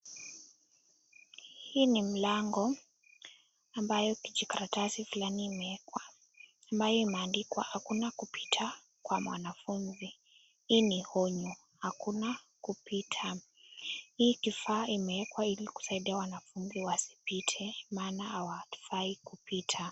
Hii ni mlango ambayo kijikaratasi fulani imewekwa ambayo imeandikwa hakuna kupita kwa mwanafunzi. Hii ni onyo hakuna kupita. Hii kifaa imewekwa ili kusaidia wanafunzi wasipite maana hawafai kupita.